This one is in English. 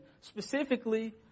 specifically